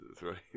right